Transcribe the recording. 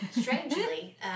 strangely